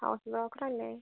house broker അല്ലേ